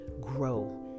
grow